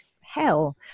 hell